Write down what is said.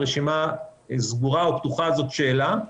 רשימה סגורה או פתוחה זאת שאלה.